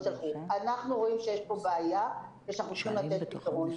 אנחנו רואים שיש פה בעיה ושאנחנו צריכים לתת פתרון.